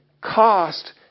cost